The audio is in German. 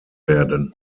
werden